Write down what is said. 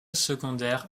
secondaire